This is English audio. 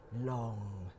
long